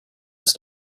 this